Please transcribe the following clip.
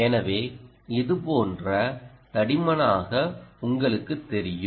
எனவே இது போன்ற தடிமனாக உங்களுக்குத் தெரியும்